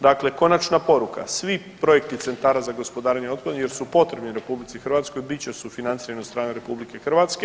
Dakle, konačna poruka svi projekti centara za gospodarenje otpadom jer su potrebni RH bit će sufinancirani od strane RH.